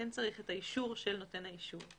האישור של נותן האישור.